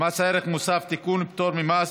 מס ערך מוסף (תיקון, פטור ממס